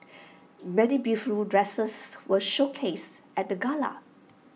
many beautiful dresses were showcased at the gala